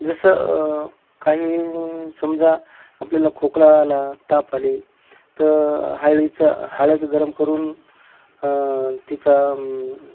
जसं काही समजा आपल्याला खोकला आला ताप आली तर हळदीचं हळद गरम करून तिचं